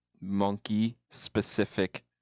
monkey-specific